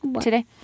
today